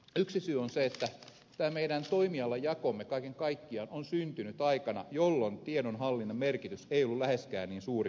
yksi syy on se että meidän toimialajakomme kaiken kaikkiaan on syntynyt aikana jolloin tiedonhallinnan merkitys ei ollut läheskään niin suuri kuin se on nyt